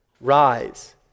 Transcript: rise